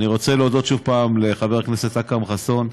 אני רוצה להודות שוב לחבר הכנסת אכרם חסון,